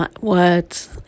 words